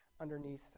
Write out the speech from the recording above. underneath